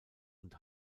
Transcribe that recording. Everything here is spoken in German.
und